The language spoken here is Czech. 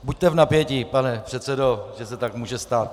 Buďte v napětí, pane předsedo, že se tak může stát.